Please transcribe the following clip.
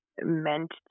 meant